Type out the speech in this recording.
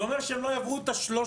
זה אומר שהם לא יעברו את ה-300.